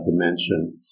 dimension